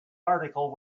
article